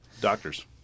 Doctors